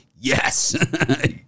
Yes